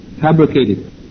Fabricated